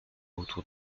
autour